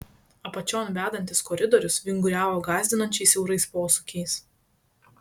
apačion vedantis koridorius vinguriavo gąsdinančiai siaurais posūkiais